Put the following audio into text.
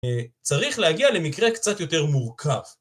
צריך להגיע למקרה קצת יותר מורכב